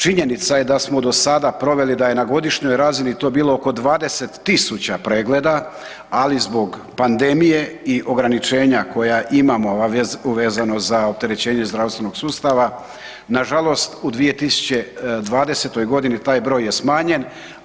Činjenica je da smo do sada proveli da je na godišnjoj razini to bilo oko 20.000 pregleda, ali zbog pandemije i ograničenja koja imamo vezano za opterećenje zdravstvenog sustava, nažalost u 2020.g. taj broj je smanjen.